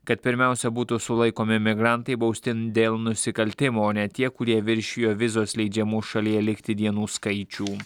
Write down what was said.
kad pirmiausia būtų sulaikomi migrantai bausti dėl nusikaltimo o ne tie kurie viršijo vizos leidžiamų šalyje likti dienų skaičių